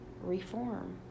Reform